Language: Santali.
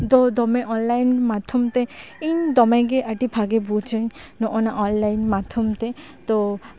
ᱫᱚ ᱫᱚᱢᱮ ᱚᱱᱞᱟᱭᱤᱱ ᱢᱟᱫᱽᱫᱷᱚᱢ ᱛᱮ ᱤᱧ ᱫᱚᱢᱮᱜᱮ ᱟᱹᱰᱤ ᱵᱷᱟᱜᱮ ᱵᱩᱡᱟᱹᱧ ᱱᱚᱜᱼᱚᱱᱟ ᱚᱱᱞᱟᱭᱤᱱ ᱢᱟᱫᱽᱫᱷᱚᱢ ᱛᱮ ᱛᱚ